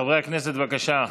חברי הכנסת, בבקשה.